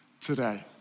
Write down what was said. today